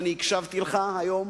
ואני הקשבתי לך היום,